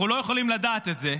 אנחנו לא יכולים לדעת את זה,